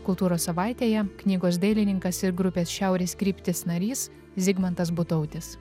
kultūros savaitėje knygos dailininkas ir grupės šiaurės kryptis narys zigmantas butautis